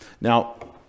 Now